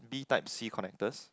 B type C connectors